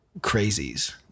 crazies